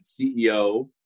ceo